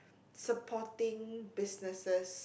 supporting businesses